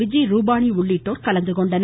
விஜய் ரூபாணி உள்ளிட்டோர் கலந்துகொண்டனர்